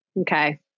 okay